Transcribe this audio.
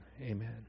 Amen